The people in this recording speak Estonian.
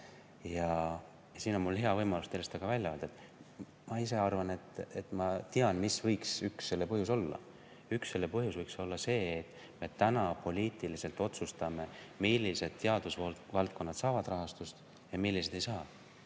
on mul hea võimalus teile seda ka välja öelda: ma ise arvan, et ma tean, mis võiks üks selle põhjus olla. Üks selle põhjus võiks olla see, et me otsustame poliitiliselt, millised teadusvaldkonnad saavad raha ja milliseid ei saa.